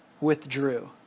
withdrew